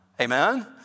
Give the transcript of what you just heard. Amen